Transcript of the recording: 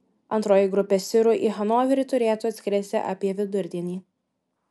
antroji grupė sirų į hanoverį turėtų atskristi apie vidurdienį